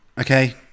okay